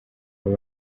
aba